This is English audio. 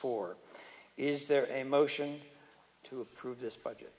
four is there a motion to approve this budget